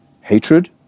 Hatred